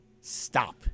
Stop